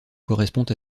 correspond